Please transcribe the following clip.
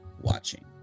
watching